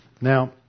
Now